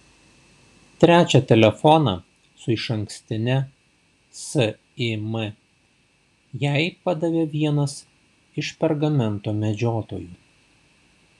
trečią telefoną su išankstine sim jai padavė vienas iš pergamento medžiotojų